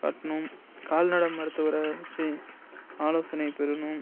காட்டணும் கால்நடை மருத்துவரை வச்சு ஆலோசனை பெறணும்